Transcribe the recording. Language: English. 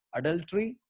adultery